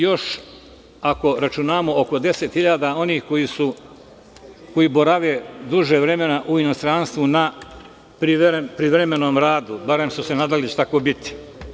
Još ako računamo oko 10.000 onih koji borave duže vremena u inostranstvu na privremenom radu, bar su se nadali da će tako biti.